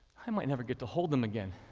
i might never get to hold them again.